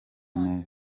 neza